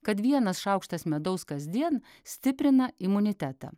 kad vienas šaukštas medaus kasdien stiprina imunitetą